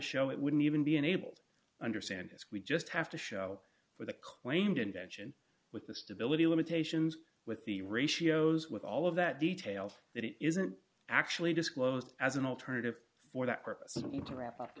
show it wouldn't even be unable to understand it we just have to show for the claimed invention with the stability limitations with the ratios with all of that detail that it isn't actually disclosed as an alternative for that purpose